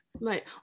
right